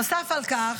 "נוסף על כך,